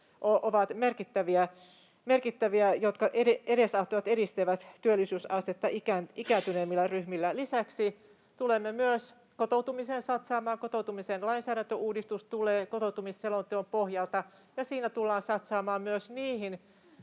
ovat merkittäviä, ja ne edesauttavat, edistävät työllisyysastetta ikääntyneimmillä ryhmillä. Lisäksi tulemme myös kotoutumiseen satsaamaan. Kotoutumisen lainsäädäntöuudistus tulee kotoutumisselonteon pohjalta, ja siinä tullaan satsaamaan myös niihin